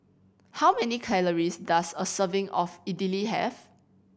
how many calories does a serving of Idili have